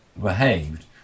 behaved